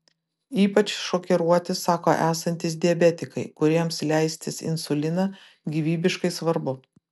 ypač šokiruoti sako esantys diabetikai kuriems leistis insuliną gyvybiškai svarbu